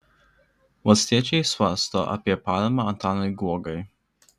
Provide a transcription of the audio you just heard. valstiečiai svarsto apie paramą antanui guogai